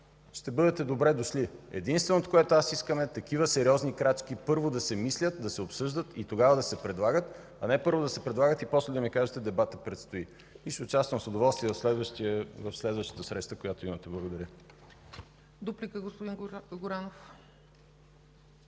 ще бъдете добре дошли. Единственото, което аз искам, е такива сериозни крачки първо да се мислят, да се обсъждат и тогава да се предлагат, а не първо да се предлагат и после да ми кажете, че дебатът предстои. Ще участвам с удоволствие в следващата среща, която има. Благодаря. ПРЕДСЕДАТЕЛ ЦЕЦКА